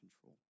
control